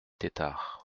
tetart